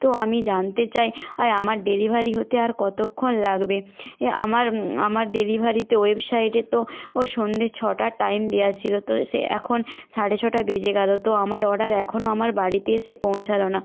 তো আমি জানতে চাই আর আমার ডেলিভারি হতে আর কতক্ষণ লাগবে আমার আমার ডেলিভারিতে ওয়েবসাইটে তো সন্ধ্যে ছটার টাইম দেওয়া ছিল তো সে এখন সাড়ে ছটা বেজে গেল তো আমার অর্ডার এখনও আমার বাড়িতে এসে পৌঁছাল না